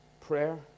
Prayer